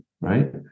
right